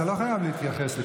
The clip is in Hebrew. אתה לא חייב להתייחס לכל,